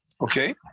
okay